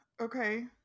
Okay